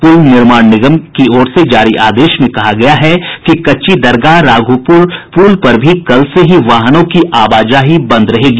पुल निर्माण निगम की ओर से जारी आदेश में कहा गया है कि कच्ची दरगाह राघोपुर पुल पर भी कल से ही वाहनों की आवाजाही बंद रहेगी